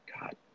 God